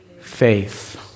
faith